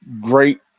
great